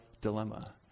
dilemma